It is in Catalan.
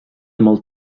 molt